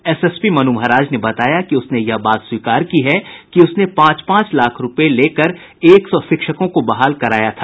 SSP Manu Maharaj ने बताया कि उसने यह बात स्वीकार की है कि उसमें पांच पांच लाख रूपये लेकर एक सौ शिक्षकों को बहाल कराया था